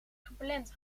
gepland